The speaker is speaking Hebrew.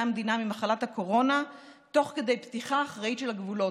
המדינה ממחלת הקורונה תוך כדי פתיחה אחראית של הגבולות.